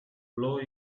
blow